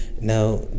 Now